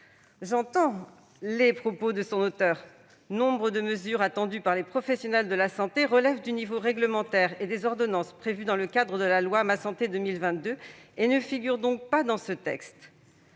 J'entends les arguments de son auteure :« Nombre de mesures attendues par les professionnels de la santé relèvent du niveau réglementaire et des ordonnances prévues dans le cadre de la loi Ma santé 2022, et ne figurent donc pas dans ce texte.